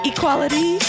Equality